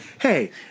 hey